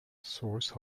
source